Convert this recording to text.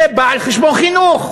זה בא על חשבון חינוך,